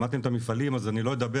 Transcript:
שמעתם את המפעלים, אז אני לא אדבר.